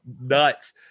nuts